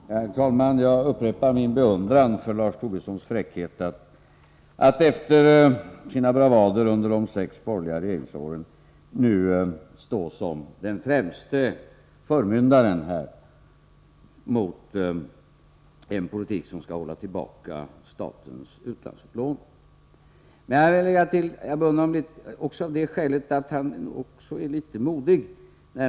Herr talman! Jag upprepar att jag beundrar Lars Tobisson för hans fräckhet att, efter sina bravader under de sex borgerliga regeringsåren, nu stå här som den främste förmyndaren, mot en politik som innebär att statens utlandsupplåning skall hållas tillbaka. Jag beundrar Lars Tobisson också av det skälet att han är rätt modig.